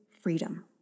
freedom